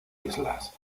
islas